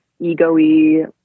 ego-y